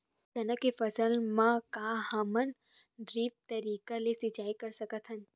चना के फसल म का हमन ड्रिप तरीका ले सिचाई कर सकत हन?